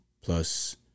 Plus